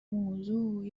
موضوع